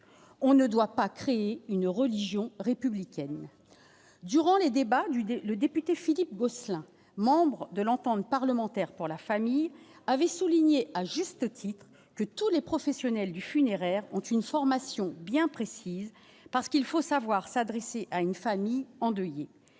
on ne doit pas créer une religion républicaine durant les débats du débat, le député Philippe Gosselin, membre de l'Entente parlementaire pour la famille avait souligné à juste titre, que tous les professionnels du funéraire ont une formation bien précise, parce qu'il faut savoir s'adresser à une famille endeuillée,